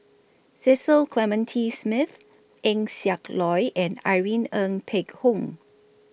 Cecil Clementi Smith Eng Siak Loy and Irene Ng Phek Hoong